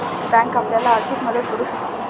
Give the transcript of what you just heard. bank आपल्याला आर्थिक मदत करू शकते